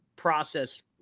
process